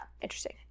Interesting